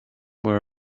were